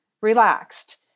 relaxed